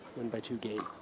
win by two game.